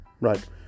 right